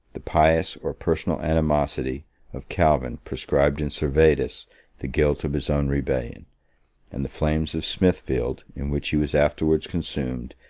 the pious or personal animosity of calvin proscribed in servetus the guilt of his own rebellion and the flames of smithfield, in which he was afterwards consumed,